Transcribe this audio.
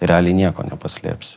realiai nieko nepaslėpsi